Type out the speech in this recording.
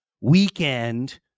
weekend